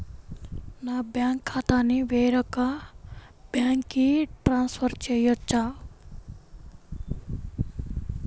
నా బ్యాంక్ ఖాతాని వేరొక బ్యాంక్కి ట్రాన్స్ఫర్ చేయొచ్చా?